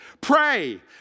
Pray